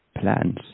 plans